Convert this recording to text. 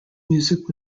music